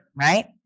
right